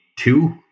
two